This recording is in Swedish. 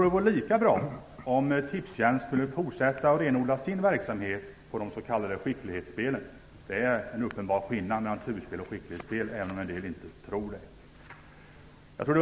Det går lika bra om Tipstjänst skulle fortsätta att renodla sin verksamhet på de s.k. skicklighetsspelen. Det är en uppenbar skillnad mellan turspel och skicklighetsspel även om en del inte tror det.